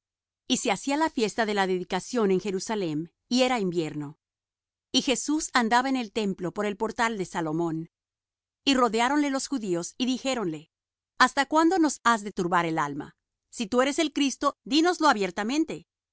y se hacía la fiesta de la dedicación en jerusalem y era invierno y jesús andaba en el templo por el portal de salomón y rodeáronle los judíos y dijéronle hasta cuándo nos has de turbar el alma si tú eres el cristo dínos lo abiertamente